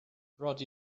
brought